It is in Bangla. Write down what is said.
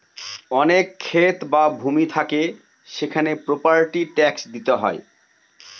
অনেক ক্ষেত বা ভূমি থাকে সেখানে প্রপার্টি ট্যাক্স দিতে হয়